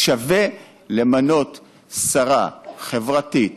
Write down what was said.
אז שווה למנות שרה חברתית,